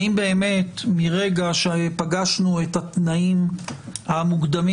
האם באמת מרגע שפגשנו את התנאים המוקדמים